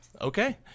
Okay